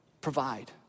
provide